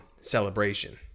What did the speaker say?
celebration